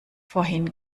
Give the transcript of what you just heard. vorhin